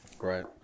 right